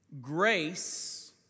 Grace